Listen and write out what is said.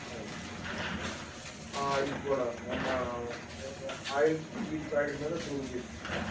అది ఆయిల్స్ కూడా మా ఆయిల్స్కి ఈచ్ ప్యాకెట్ మీద టూ రూపీస్